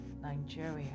Nigeria